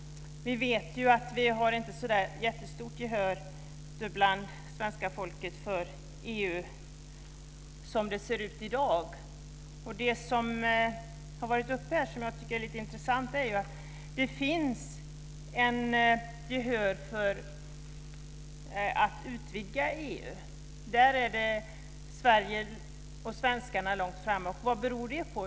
Vi vet att det inte finns något jättestort gehör bland svenska folket för EU som det ser ut i dag. Det som har tagits upp här och som jag tycker är intressant är att det finns ett gehör för en utvidgning av EU. Där ligger svenskarna långt framme. Och vad beror det på?